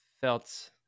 felt